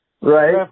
Right